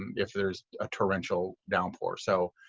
if there's a torrential downpour. so